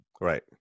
Right